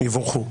יבורכו,